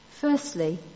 Firstly